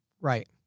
Right